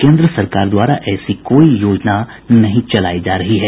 केन्द्र सरकार द्वारा ऐसी कोई योजना नहीं चलायी जा रही है